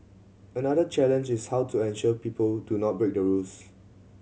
another challenge is how to ensure people do not break the rules